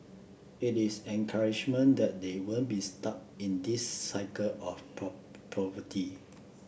it is encouragement that they won't be stuck in this cycle of poverty